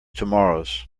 tomorrows